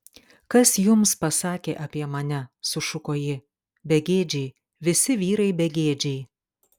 kas jums pasakė apie mane sušuko ji begėdžiai visi vyrai begėdžiai